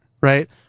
right